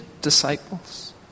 disciples